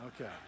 Okay